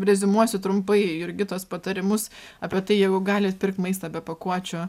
reziumuosiu trumpai jurgitos patarimus apie tai jeigu galit pirkt maistą be pakuočių